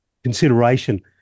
consideration